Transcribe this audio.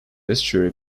estuary